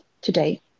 today